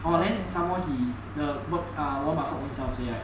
orh then some more he the war~ warren buffett ownself say right